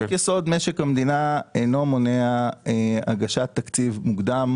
חוק-יסוד: משק המדינה אינו מונע הגשת תקציב מוקדם,